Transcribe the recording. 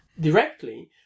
directly